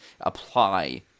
apply